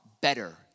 better